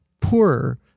poorer